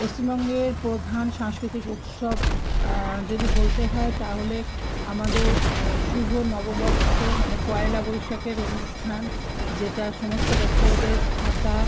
পশ্চিমবঙ্গের প্রধান সাংস্কৃতিক উৎসব যদি বলতে হয় তাহলে আমাদের শুভ নববর্ষ মানে পয়লা বৈশাখের অনুষ্ঠান যেটা সমস্ত ব্যবসায়ীদের খাতা